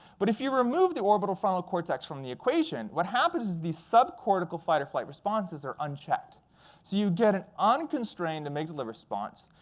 but if you remove the orbitofrontal cortex from the equation, what happens is the subcortical fight or flight responses are unchecked. so you get an unconstrained amygdala response,